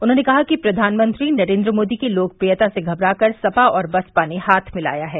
उन्होंने कहा कि प्रधानमंत्री नरेन्द्र मोदी की लोकप्रियता से घबरा कर सपा और बसपा ने हाथ मिलाया है